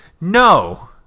No